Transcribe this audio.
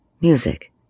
music